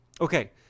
Okay